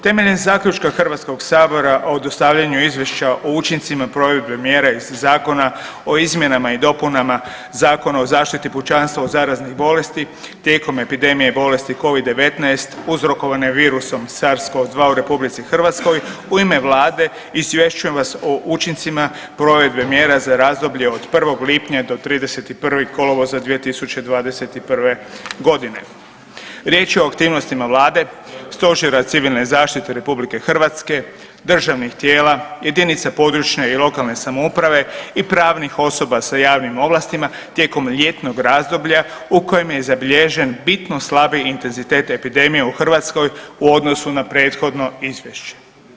Temeljem Zaključka HS-a o dostavljanju Izvješća o učincima provedbe mjera iz Zakona o izmjenama i dopunama Zakona o zaštiti pučanstva od zaraznih bolesti tijekom epidemije Covid-19 uzrokovane virusom Sars-CoV-2 u RH u ime Vlade izvješćujem vas o učincima provedbe mjera za razdoblje od 1. lipnja do 31. kolovoza 2021. g. Riječ je o aktivnostima Vlade, Stožera civilne zaštite RH, državnih tijela, jedinica područne i lokalne samouprave i pravnih osoba sa javnim ovlastima tijekom ljetnog razdoblja u kojem je zabilježen bitno slabiji intenzitet epidemije u Hrvatskoj u odnosu na prethodno izvješće.